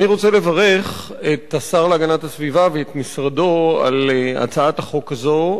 אני רוצה לברך את השר להגנת הסביבה ואת משרדו על הצעת החוק הזאת.